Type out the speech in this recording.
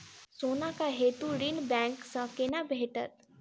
सोनाक हेतु ऋण बैंक सँ केना भेटत?